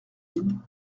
vide